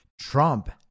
Trump